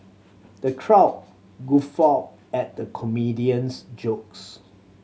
the crowd guffawed at the comedian's jokes